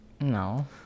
No